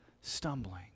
stumbling